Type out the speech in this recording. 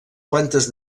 quantes